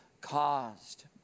caused